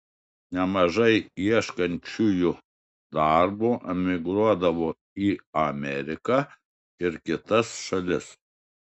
nemažai ieškančiųjų darbo emigruodavo į ameriką ir kitas šalis